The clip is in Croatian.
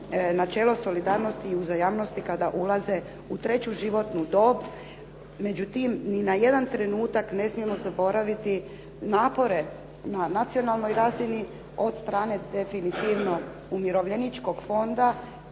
načelno solidarnosti i uzajamnosti kada ulaze u treću životnu dob. Međutim, ni na jedan trenutak ne smijemo zaboraviti napore na nacionalnoj razini od strane definitivno umirovljeničkog fonda